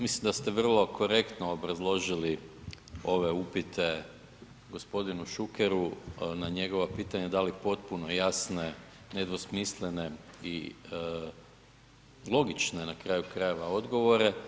Mislim da ste vrlo korektno obrazložili ove upite g. Šukeru na njegova pitanja, dali potpuno jasne, nedvosmislene i logične na kraju krajeva odgovore.